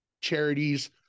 charities